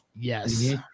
Yes